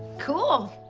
cool.